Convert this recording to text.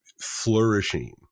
flourishing